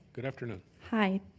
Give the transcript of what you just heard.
good afternoon. hi,